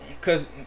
Cause